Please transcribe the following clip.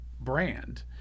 brand